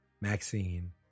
Maxine